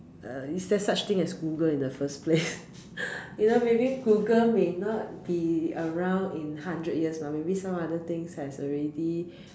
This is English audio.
uh is there such thing as Google in the first place you know maybe Google may not be around in hundred years mah maybe some other things has already